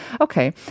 Okay